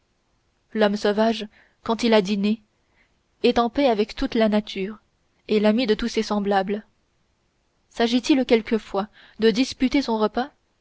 l'homme sauvage quand il a dîné est en paix avec toute la nature et l'ami de tous ses semblables s'agit-il quelquefois de disputer son repas